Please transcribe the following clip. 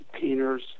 painters